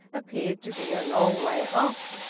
appeared to be a long way off,